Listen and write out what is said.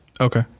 Okay